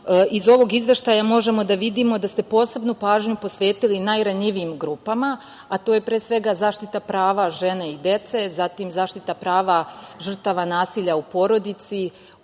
iz ovog izveštaja možemo da vidimo da ste posebnu pažnju posvetili najranjivijim grupama, a to je pre svega zaštita prava žena i dece, zatim zaštita prava žrtava nasilja u porodici